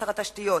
שר התשתיות,